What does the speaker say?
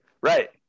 Right